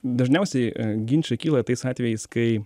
dažniausiai ginčai kyla tais atvejais kai